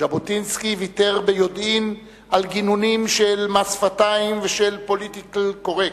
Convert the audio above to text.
ז'בוטינסקי ויתר ביודעין על גינונים של מס שפתיים ושל פוליטיקלי קורקט,